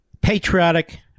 Patriotic